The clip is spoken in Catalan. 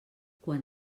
quan